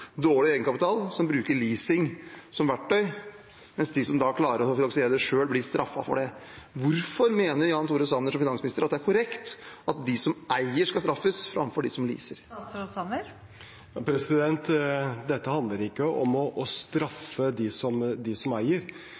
dårlig egenkapital som bruker leasing som verktøy, mens de som klarer å finansiere det selv, blir straffet for det. Hvorfor mener Jan Tore Sanner som finansminister at det er korrekt at de som eier, skal straffes framfor de som leaser? Dette handler ikke om å straffe dem som eier, spørsmålet er hvilken eieform eller leieform som